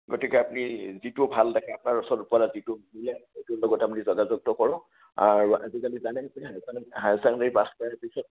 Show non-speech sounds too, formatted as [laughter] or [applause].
গতিকে আপুনি যিটো ভাল দেখে আপোনাৰ ওচৰৰ পৰা যিটো মিলে সেইটোৰ লগত আপুনি যোগাযোগটো কৰক আৰু আজিকালি [unintelligible] হায়াৰ চেকেণ্ডেৰী পাছ কৰাৰ পিছত